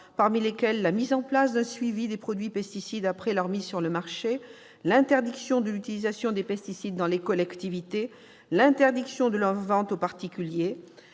parmi lesquelles l'instauration d'un suivi des produits pesticides après leur mise sur le marché ; l'interdiction de l'utilisation des pesticides dans les collectivités ; l'interdiction de leur vente aux particuliers